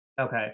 Okay